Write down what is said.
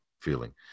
feeling